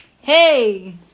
Hey